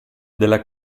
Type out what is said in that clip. della